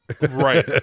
Right